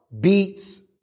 beats